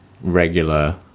regular